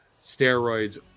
steroids